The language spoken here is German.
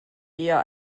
eher